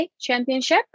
championship